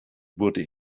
wurde